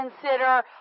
consider